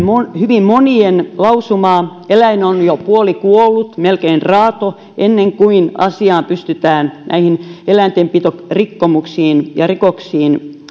hyvin monien valvontaeläinlääkärien lausumaa että eläin on jo puolikuollut melkein raato ennen kuin pystytään näihin eläintenpitorikkomuksiin ja rikoksiin